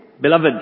Beloved